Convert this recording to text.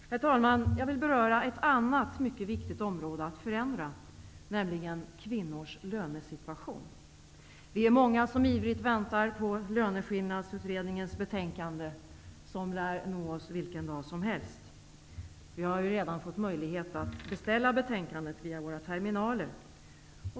Herr talman! Jag vill beröra ett annat mycket viktigt område att förändra, nämligen kvinnors lönesituation. Vi är många som ivrigt väntar på Löneskillnadsutredningens betänkande, som lär nå oss vilken dag som helst. Vi har ju redan fått möjlighet att beställa betänkandet via våra terminaler.